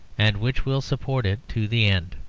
and which will support it to the end.